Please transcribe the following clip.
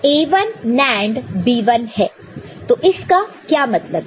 तो इसका क्या मतलब है